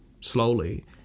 slowly